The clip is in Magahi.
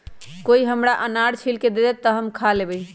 कोई हमरा अनार छील के दे दे, तो हम खा लेबऊ